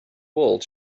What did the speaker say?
world